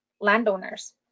landowners